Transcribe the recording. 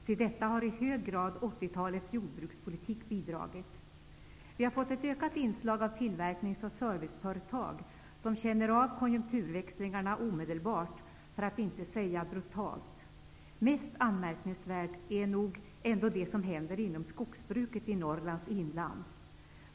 Till detta har i hög grad 80-talets jordbrukspolitik bidragit. Vi har fått ett ökat inslag av tillverkningsoch serviceföretag, som känner av konjunkturväxlingarna omedelbart, för att inte säga brutalt. Mest anmärkningsvärt är nog ändå det som händer inom skogsbruket i Norrlands inland.